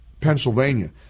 Pennsylvania